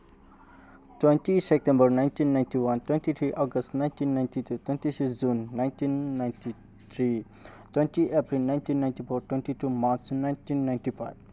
twenty September nineteen ninety one twenty three August nineteen ninety two twenty six June nineteen ninety three twenty April nineteen ninety four twenty two March nineteen ninety five